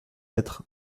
être